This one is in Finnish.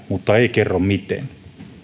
mutta ei kerro miten